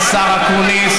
השר אקוניס,